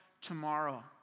tomorrow